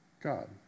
God